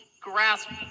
grasp